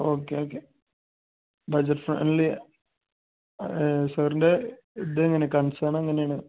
okay okay budget friendly സാറിൻ്റെ ഇത് എങ്ങനെ കൺസേൺ എങ്ങനെ ആണ്